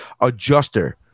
adjuster